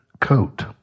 coat